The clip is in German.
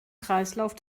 kreislauf